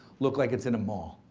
look like it's in a mall.